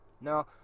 Now